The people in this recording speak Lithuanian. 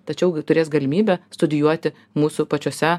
tačiau turės galimybę studijuoti mūsų pačiose